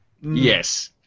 Yes